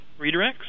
redirects